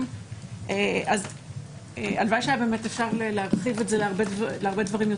הלוואי שאפשר היה להרחיב להרבה יותר דברים,